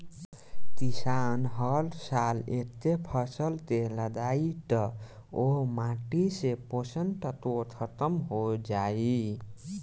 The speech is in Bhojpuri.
किसान हर साल एके फसल के लगायी त ओह माटी से पोषक तत्व ख़तम हो जाई